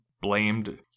blamed